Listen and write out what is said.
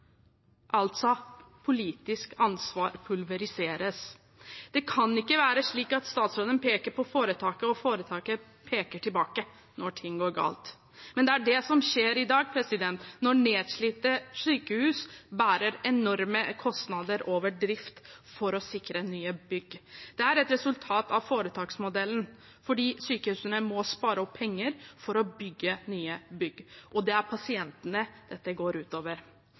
Altså: Det politiske ansvaret pulveriseres. Det kan ikke være slik at statsråden skal peke på foretaket, mens foretaket peker tilbake når noe går galt. Men det er det som skjer i dag når nedslitte sykehus bærer enorme kostnader over driftsbudsjettet for å sikre nye bygg. Dette er et resultat av foretaksmodellen, for sykehusene må spare opp penger for å bygge nye bygg, og det er pasientene dette går